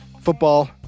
football